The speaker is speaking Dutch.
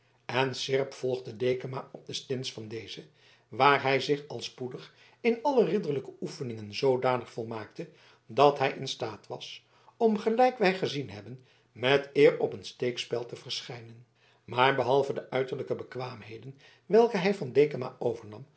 en seerp volgde dekama op de stins van dezen waar hij zich al spoedig in alle ridderlijke oefeningen zoodanig volmaakte dat hij in staat was om gelijk wij gezien hebben met eer op een steekspel te verschijnen maar behalve de uiterlijke bekwaamheden welke hij van dekama overnam